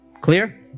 Clear